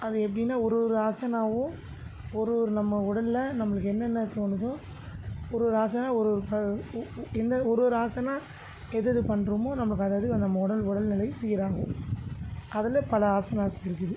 அது எப்படின்னா ஒரு ஒரு ஆசனாவும் ஒரு ஒரு நம்ம உடலில் நம்மளுக்கு என்னென்ன தோணுதோ ஒரு ஒரு ஆசனா ஒரு ஒரு உ உ என்ன ஒரு ஒரு ஆசனா எது எது பண்ணுறமோ நம்ளுக்கு அதது நம்ம உடல் உடல்நிலை சீராகும் அதில் பல ஆசனாஸ் இருக்குது